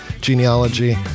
genealogy